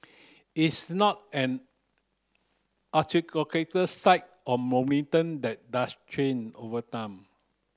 it's not an site or monument that doesn't change over time